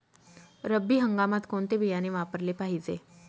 रब्बी हंगामात कोणते बियाणे वापरले पाहिजे?